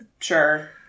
Sure